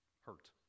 hurt